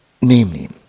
Namely